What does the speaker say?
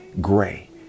gray